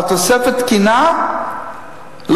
על תוספת תקינה לרופאים,